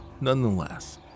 Nonetheless